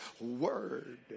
word